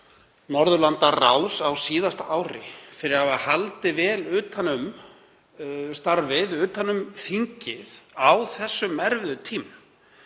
Norðurlandaráðs á síðasta ári, fyrir að hafa haldið vel utan um starfið, utan um þingið, á þessum erfiðu tímum.